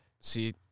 See